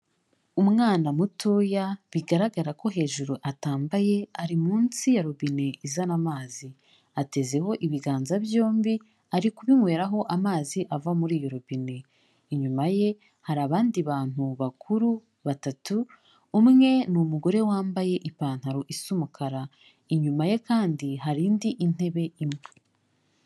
Umwana mutoya bigaragara ko hejuru atambaye ari munsi ya robine izana amazi. Atezeho ibiganza byombi ari kubinyweraho amazi ava muri iyo robine. Inyuma ye hari abandi bantu bakuru batatu, umwe ni umugore wambaye ipantaro isa umukara, inyuma ye kandi hari indi ntebe imwe.